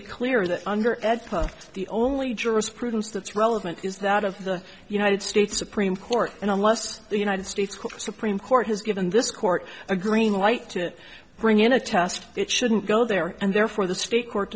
it clear that under ed the only jurisprudence that's relevant is that of the united states supreme court and unless the united states supreme court has given this court a green light to bring in a test it shouldn't go there and therefore the state court